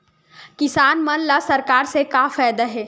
किसान मन ला सरकार से का फ़ायदा हे?